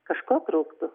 kažko trūktų